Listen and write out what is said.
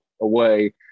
away